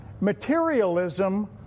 materialism